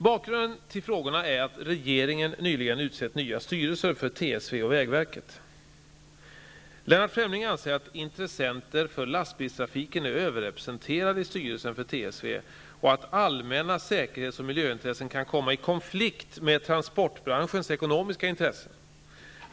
Bakgrunden till frågorna är att regeringen nyligen utsett nya styrelser för TSV och vägverket. Lennart Fremling anser att intressenter för lastbilstrafiken är överrepresenterade i styrelsen för TSV och att allmänna säkerhets och miljöintressen kan komma i konflikt med transportbranschens ekonomiska intressen.